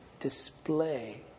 display